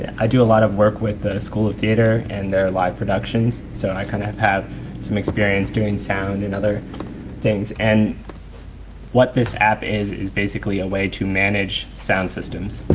i do a lot of work with the school of theatre and their live productions. so i kind of have some experience doing sound and other things. and what this app is is basically a way to manage sound systems.